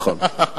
נכון.